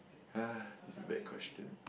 this a bad question